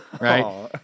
right